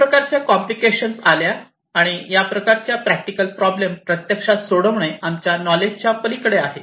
सर्व प्रकारच्या कॉम्प्लिकेशन आल्या आणि या प्रकारच्या प्रॅक्टिकल प्रॉब्लेम प्रत्यक्षात सोडविणे आमच्या नॉलेजच्या पलीकडे आहे